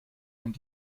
und